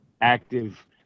active